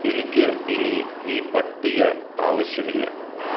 എനിക്ക് ഇനി ഈ പട്ടിക ആവശ്യമില്ല